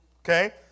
Okay